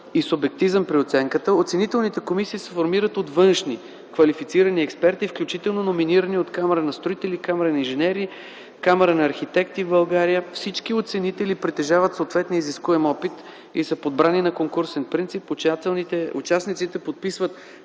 и субективизъм при оценката, оценителните комисии се формират от външни квалифицирани експерти, включително номинирани от Камара на строителите, Камара на инженерите, Камара на архитектите в България. Всички оценители притежават съответния изискуем опит и са подбрани на конкурсен принцип. Участниците подписват